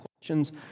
questions